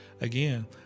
again